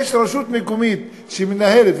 יש רשות מקומית שמנהלת,